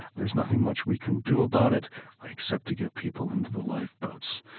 there's nothing much we can do about it except to get people into the lifeboats.